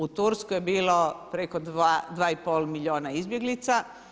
U Turskoj je bilo preko 2,5 milijuna izbjeglica.